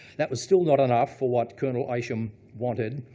that was still not enough for what colonel isham wanted.